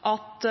at